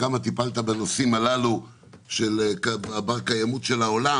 כמה טיפלת בנושאים הללו של הבר קיימות של העולם.